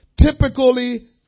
typically